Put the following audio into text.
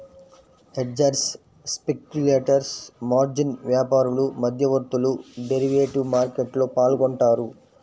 hedgers, speculators, margin వ్యాపారులు, మధ్యవర్తులు derivative మార్కెట్లో పాల్గొంటారు